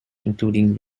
including